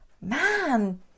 man